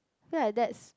I feel like that's